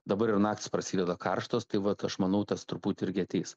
dabar ir naktys prasideda karštos tai vat aš manau tas truputį irgi ateis